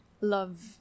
love